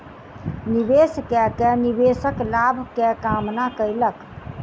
निवेश कय के निवेशक लाभ के कामना कयलक